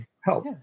help